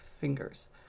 fingers